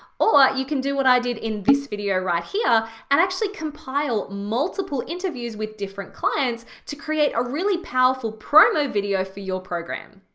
or you can do what i did in this video right here and actually compile multiple interviews with different clients to create a really powerful promo video for your program.